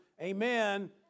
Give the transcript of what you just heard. amen